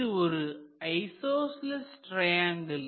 இது ஒரு isosceles triangle